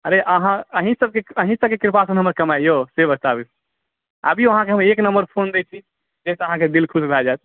अरे अहाँसभके कृपासँ ने हमर कमाइ यौ से बताबू आबियौ अहाँकेँ हम एक नम्बर फोन दैत छी जाहिसँ अहाँके दिल खुश भए जायत